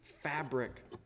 fabric